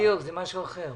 בדיוק, זה משהו אחר.